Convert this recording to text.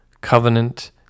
covenant